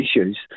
issues